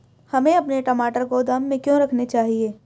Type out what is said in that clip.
हमें अपने टमाटर गोदाम में क्यों रखने चाहिए?